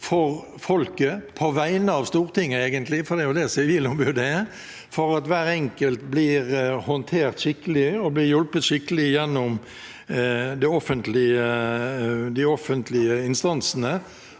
for folket på vegne av Stortinget – det er jo det Sivilombudet egentlig er – og se til at hver enkelt blir håndtert skikkelig og blir hjulpet skikkelig gjennom de offentlige instansene.